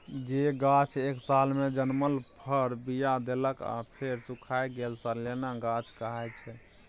जे गाछ एक सालमे जनमल फर, बीया देलक आ फेर सुखाए गेल सलियाना गाछ कहाइ छै